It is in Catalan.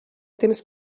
temps